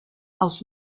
aus